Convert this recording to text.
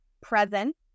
present